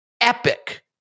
epic